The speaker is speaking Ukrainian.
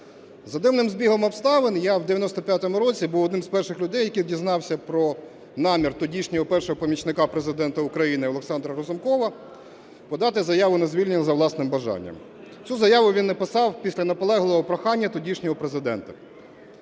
За дивним збігом обставин, я у 1995 році був одним з перших людей, який дізнався про намір тодішнього першого помічника Президента України Олександра Разумкова подати заяву на звільнення за власним бажанням. Цю заяву він написав після наполегливого прохання тодішнього Президента.